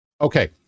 Okay